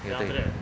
then take